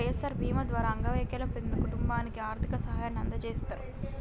వై.ఎస్.ఆర్ బీమా ద్వారా అంగవైకల్యం పొందిన కుటుంబానికి ఆర్థిక సాయాన్ని అందజేస్తారు